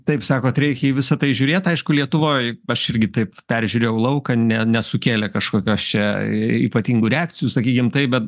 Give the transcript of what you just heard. taip sakot reikia į visa tai žiūrėt aišku lietuvoj aš irgi taip peržiūrėjau lauką ne nesukėlė kažkokios čia ypatingų reakcijų sakykim taip bet